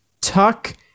Tuck